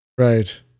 right